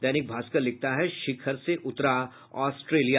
दैनिक भास्कर लिखता है शिखर से उतरा ऑस्ट्रेलिया